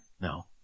No